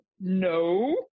no